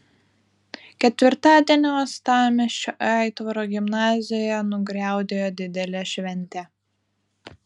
ketvirtadienį uostamiesčio aitvaro gimnazijoje nugriaudėjo didelė šventė